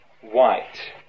white